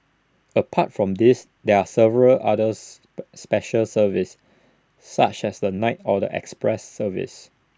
apart from these there are several other special services such as the night or the express services